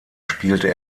spielte